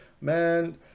man